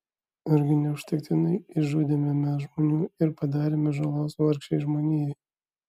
argi neužtektinai išžudėme mes žmonių ir padarėme žalos vargšei žmonijai